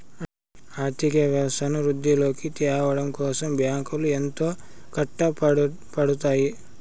ఆర్థిక వ్యవస్థను వృద్ధిలోకి త్యావడం కోసం బ్యాంకులు ఎంతో కట్టపడుతాయి